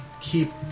keep